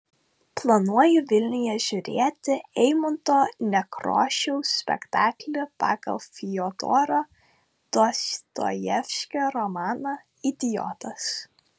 planuoju vilniuje žiūrėti eimunto nekrošiaus spektaklį pagal fiodoro dostojevskio romaną idiotas